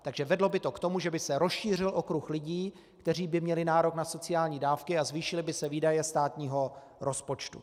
Takže vedlo by to k tomu, že by se rozšířil okruh lidí, kteří by měli nárok na sociální dávky, a zvýšily by se výdaje státního rozpočtu.